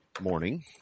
morning